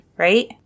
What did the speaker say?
Right